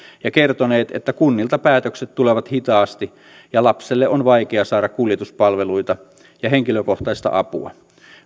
ja kertoneet että kunnilta päätökset tulevat hitaasti ja lapselle on vaikea saada kuljetuspalveluita ja henkilökohtaista apua